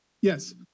yes